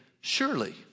surely